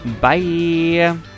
bye